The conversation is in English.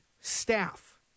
staff